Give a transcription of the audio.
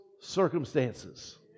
circumstances